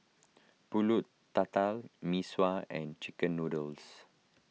Pulut Tatal Mee Sua and Chicken Noodles